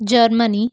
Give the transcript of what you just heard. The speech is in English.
Germany